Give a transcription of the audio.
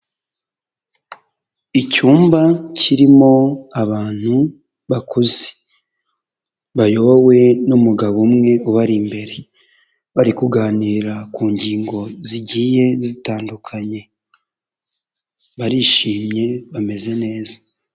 Icyumba kirimo abantu bakuze bayobowe n'umugabo umwe ubari imbere, bari kuganira ku ngingo zigiye zitandukanye barishimye bameze neza.